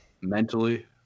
mentally